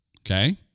okay